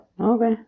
Okay